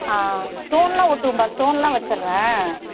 ஆ stone எல்லாம் ஒட்டுவேன்ப்பா stone எல்லாம் வச்சிடுறேன்